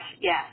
yes